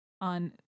on